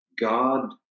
God